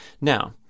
Now